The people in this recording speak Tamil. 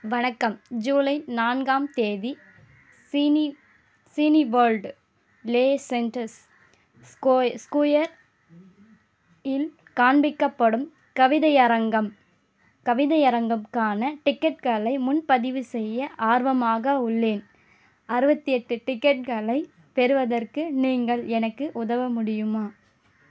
வணக்கம் ஜூலை நான்காம் தேதி சினி சினிவேர்ல்டு லெய்செஸ்டர்ஸ் ஸ்குய ஸ்குயர் இல் காண்பிக்கப்படும் கவிதையரங்கம் கவிதையரங்கம்கான டிக்கெட்டுகளை முன்பதிவு செய்ய ஆர்வமாக உள்ளேன் அறுபத்தி எட்டு டிக்கெட்டுகளை பெறுவதற்கு நீங்கள் எனக்கு உதவ முடியுமா